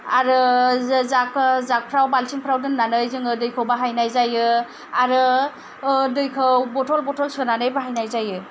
आरो जो जागखौ जागफ्राव बाल्थिंफोराव दोननानै जोङो दैखौ बाहायनाय जायो आरो दैखौ बथल बथल सोनानै बाहायनाय जायो